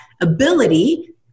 ability